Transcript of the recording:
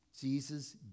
Jesus